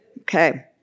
Okay